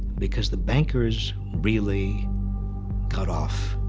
because the bankers really got off